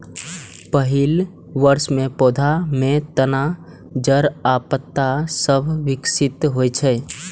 पहिल वर्ष मे पौधा मे तना, जड़ आ पात सभ विकसित होइ छै